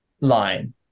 line